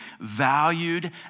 valued